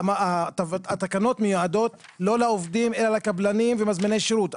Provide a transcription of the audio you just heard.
התקנות מיועדות לא לעובדים אלא לקבלנים ומזמיני שירות.